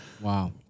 Wow